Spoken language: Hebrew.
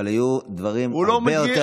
אבל היו דברים הרבה יותר,